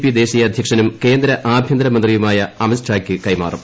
P ദേശീയ അധ്യക്ഷനും കേന്ദ്ര ആഭ്യന്തരമന്ത്രിയുമായ അമിത് ഷായ്ക്ക് കൈമാറും